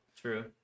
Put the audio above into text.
True